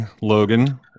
Logan